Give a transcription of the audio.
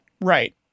right